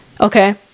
Okay